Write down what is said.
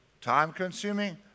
time-consuming